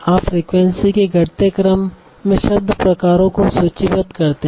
आप फ्रीक्वेंसी के घटते क्रम में शब्द प्रकारों को सूचीबद्ध करते हैं